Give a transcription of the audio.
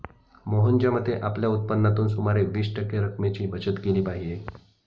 मोहनच्या मते, आपल्या उत्पन्नातून सुमारे वीस टक्के रक्कमेची बचत केली पाहिजे